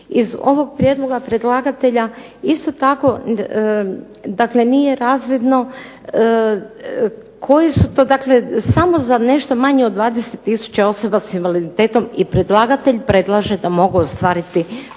Iz ovog prijedloga predlagatelja dakle nije razvidno koji su to samo za nešto manje od 20 tisuća osoba s invaliditetom i predlagatelj predlaže da mogu ostvariti pravo